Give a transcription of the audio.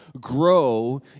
grow